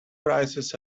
prices